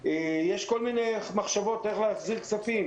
יש כל מיני מחשבות איך להחזיר כספים